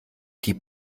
die